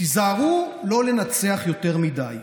תיזהרו לא לנצח יותר מדי.